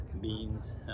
beans